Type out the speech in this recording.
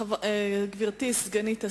גברתי סגנית השר,